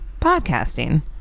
podcasting